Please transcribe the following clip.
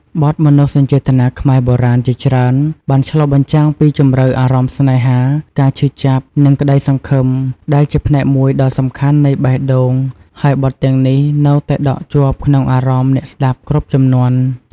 បទមនោសញ្ចេតនាខ្មែរបុរាណជាច្រើនបានឆ្លុះបញ្ចាំងពីជម្រៅអារម្មណ៍ស្នេហា ការឈឺចាប់ និងក្តីសង្ឃឹម ដែលជាផ្នែកមួយដ៏សំខាន់នៃបេះដូង ហើយបទទាំងនេះនៅតែដក់ជាប់ក្នុងអារម្មណ៍អ្នកស្តាប់គ្រប់ជំនាន់។